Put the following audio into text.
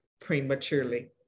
prematurely